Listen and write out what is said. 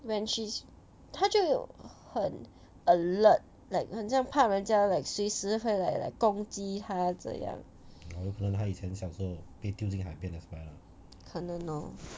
when she's 它就有很 alert like 很像怕人家 like 随时会 like like 攻击它这样可能 lor